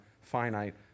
finite